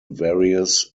various